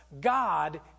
God